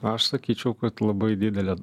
aš sakyčiau kad labai didelė